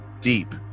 deep